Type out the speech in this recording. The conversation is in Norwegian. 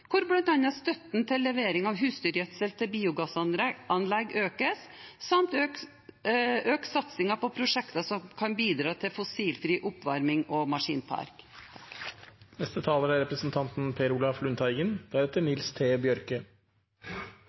til levering av husdyrgjødsel til biogassanlegg samt økt satsing på prosjekter som kan bidra til fossilfri oppvarming og maskinpark. Jordbrukspolitikken skal løse et samfunnsoppdrag, men hva er